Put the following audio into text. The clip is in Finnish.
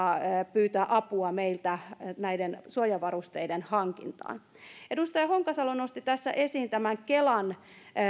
pyytää apua meiltä näiden suojavarusteiden hankintaan edustaja honkasalo nosti tässä esiin tämän kelan